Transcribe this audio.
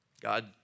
God